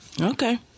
Okay